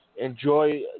Enjoy